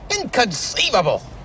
Inconceivable